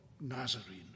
Nazarene